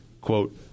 quote